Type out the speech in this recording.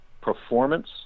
performance